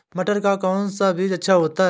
मटर का कौन सा बीज अच्छा होता हैं?